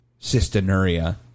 Cystinuria